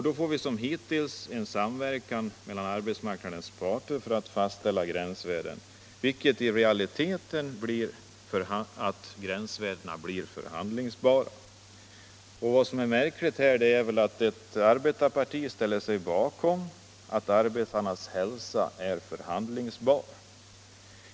Då får vi som hittills en samverkan mellan arbetsmarknadens parter för att fastställa gränsvärden, vilket i realiteten innebär att gränsvärdena blir förhandlingsbara. Vad som är märkligt här är väl att ett arbetarparti ställer sig bakom tanken att arbetarnas hälsa är förhandlingsbar.